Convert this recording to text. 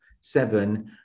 seven